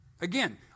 Again